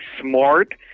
smart